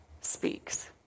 speaks